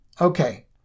Okay